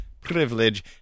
privilege